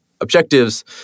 objectives